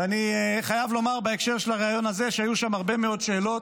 ואני חייב לומר בהקשר של הריאיון הזה שהיו שם הרבה מאוד שאלות,